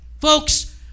folks